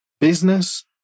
business